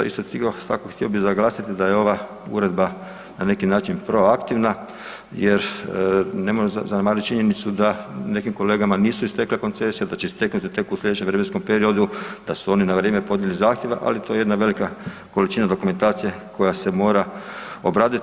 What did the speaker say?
Isto tako htio bi naglasiti da je ova uredba na neki način proaktivna jer ne možemo zanemariti činjenicu da nekim kolegama nisu istekle koncesije, da će isteknuti tek u sljedećem vremenskom periodu, da su oni na vrijeme podnijeli zahtjev, ali to je jedna velika količina dokumentacije, koja se mora obraditi.